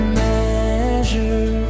measure